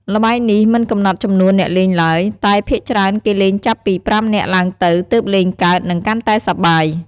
ល្បែងនេះមិនកំណត់ចំនួនអ្នកលេងទ្បើយ តែភាគច្រើនគេលេងចាប់ពី ៥ នាក់ឡើងទៅទើបលេងកើត និងកាន់តែសប្បាយ។